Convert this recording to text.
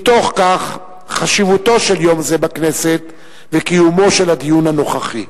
מתוך כך חשיבותו של יום זה בכנסת וקיומו של הדיון הנוכחי.